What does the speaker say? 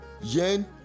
yen